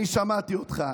אני שמעתי אותך.